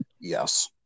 Yes